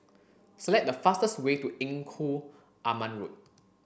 select the fastest way to Engku Aman Road